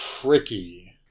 tricky